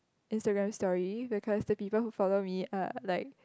instagram story because the people who follow me are like